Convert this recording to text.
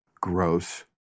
Gross